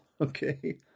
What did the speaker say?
okay